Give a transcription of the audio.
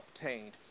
obtained